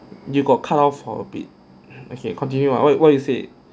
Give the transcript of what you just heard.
you got cut off for a bit okay continue what what you said